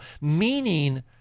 meaning